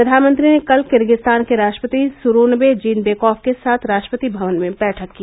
प्रधानमंत्री ने कल किर्गिज्स्तान के राष्ट्रपति सुरोनवे जीनबेकॉफ के साथ राष्ट्रपति भवन में बैठक की